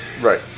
Right